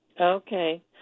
Okay